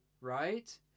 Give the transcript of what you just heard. Right